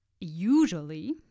usually